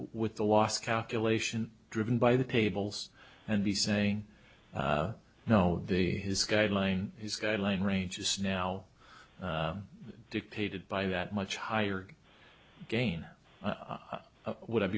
with the loss calculation driven by the tables and be saying no the his guideline is guideline ranges now dictated by that much higher gain would